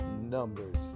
numbers